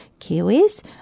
Kiwis